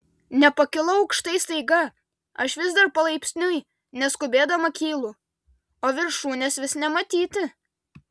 nepakilau aukštai staiga aš vis dar palaipsniui neskubėdama kylu o viršūnės vis nematyti